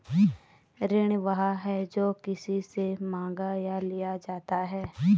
ऋण वह है, जो किसी से माँगा या लिया जाता है